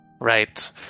Right